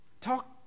Talk